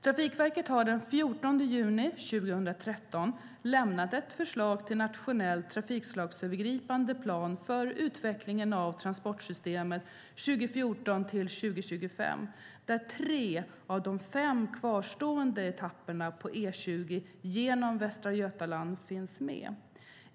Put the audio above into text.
Trafikverket har den 14 juni 2013 lämnat ett förslag till nationell trafikslagsövergripande plan för utveckling av transportsystemet 2014-2025 där tre av de fem kvarstående etapperna på E20 genom Västra Götaland finns med.